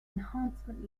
enhancement